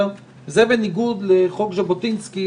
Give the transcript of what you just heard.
זה בניגוד לחוק ז'בוטינסקי